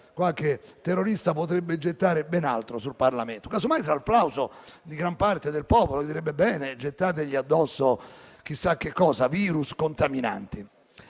qualche terrorista potrebbe gettare ben altro sul Parlamento, casomai tra il plauso di gran parte del popolo, che direbbe di gettargli addosso chissà che cosa, magari virus contaminanti.